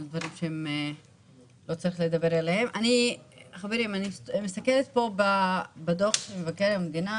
חברים, אני מסתכלת פה בדוח של מבקר המדינה.